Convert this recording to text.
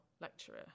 lecturer